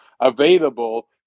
available